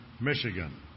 Michigan